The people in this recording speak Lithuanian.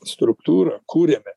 struktūra kuriame